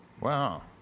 Wow